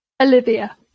olivia